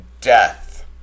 death